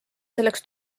selleks